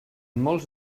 molts